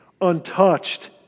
Untouched